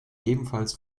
ebenfalls